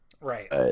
Right